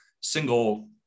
single